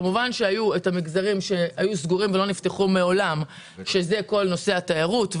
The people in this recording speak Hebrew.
כמובן שהיו המגזרים שהיו סגורים ומעולם לא נפתחו שזה כל נושא התיירות,